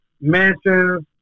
mansions